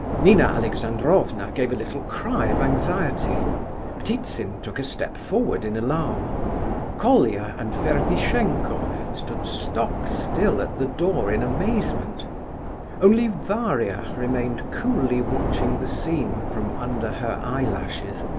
nina alexandrovna gave a little cry of anxiety ptitsin took a step forward in alarm colia and ferdishenko stood stock still at the door in amazement only varia remained coolly watching the scene from under her eyelashes.